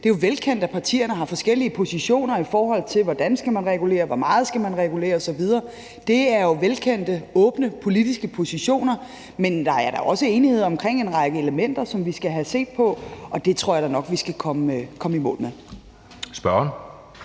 Det er jo velkendt, at partierne har forskellige positioner, i forhold til hvordan man skal regulere, og i forhold til hvor meget man skal regulere osv. Det er jo velkendte, åbne politiske positioner. Men der er da også enighed om en række elementer, som vi skal have set på, og det tror jeg da nok vi skal komme i mål med. Kl.